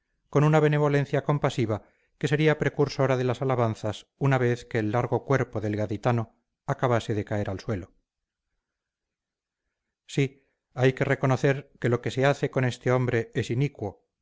con una benevolencia compasiva que sería precursora de las alabanzas una vez que el largo cuerpo del gaditano acabase de caer al suelo sí hay que reconocer que lo que se hace con este hombre es inicuo